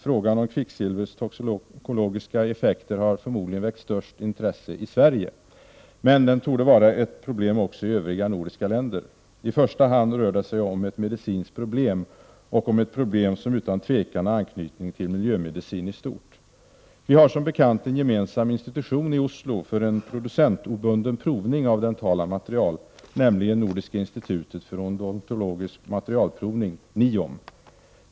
Frågan om kvicksilvrets toxikologiska effekter har förmodligen väckt störst intresse i Sverige, men den torde vara ett problem också i övriga nordiska länder. I första hand rör det sig om ett medicinskt problem och om ett problem som utan tvivel har anknytning till miljömedicin i stort. Vi har som bekant en gemensam institution i Oslo för en producentobunden provning av dentala material, nämligen Nordiska Institutet för odontologisk materialprovning, NIOM.